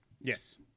Yes